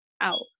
out